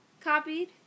copied